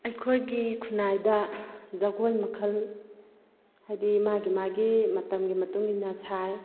ꯑꯩꯈꯣꯏꯒꯤ ꯈꯨꯟꯅꯥꯏꯗ ꯖꯒꯣꯏ ꯃꯈꯜ ꯍꯥꯏꯗꯤ ꯃꯥꯒꯤ ꯃꯥꯒꯤ ꯃꯇꯝꯒꯤ ꯃꯇꯨꯡ ꯏꯟꯅ ꯁꯥꯏ